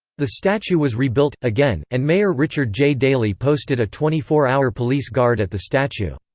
the statue was rebuilt, again, and mayor richard j. daley posted a twenty four hour police guard at the statue.